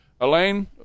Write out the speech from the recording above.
elaine